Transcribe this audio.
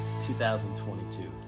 2022